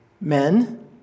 men